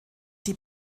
die